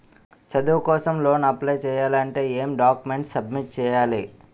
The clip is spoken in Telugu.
చదువు కోసం లోన్ అప్లయ్ చేయాలి అంటే ఎం డాక్యుమెంట్స్ సబ్మిట్ చేయాలి?